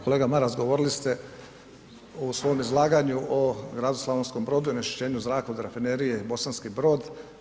Kolega Maras govorili ste u svom izlaganju o gradu Slavonskom Brodu i onečišćenju zraka od rafinerije Bosanski Brod.